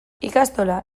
ikastola